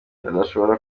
badashobora